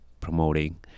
promoting